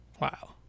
Wow